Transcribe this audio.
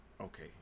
Okay